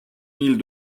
mille